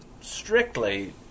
strictly